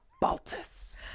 Baltus